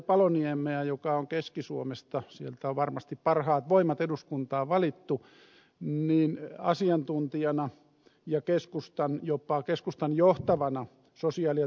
paloniemeä joka on keski suomesta sieltä on varmasti parhaat voimat eduskuntaan valittu asiantuntijana ja jopa keskustan johtavana sosiaali ja terveysasiantuntijana